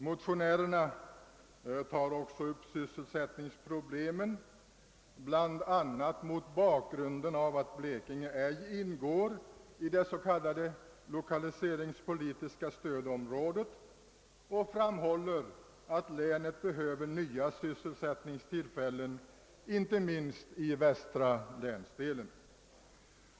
Motionärerna tar också upp <sysselsättningsproblemen bl.a. mot bakgrunden av att Blekinge ej ingår i något s.k. lokaliseringspolitiskt stödområde och framhåller att länet behöver nya sysselsättningstillfällen, inte minst i västra länsdelen.